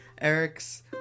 eric's